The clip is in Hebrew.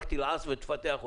רק תלעס ותפתח אותו.